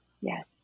Yes